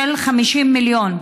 50 מיליון.